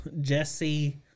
Jesse